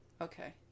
Okay